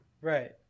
Right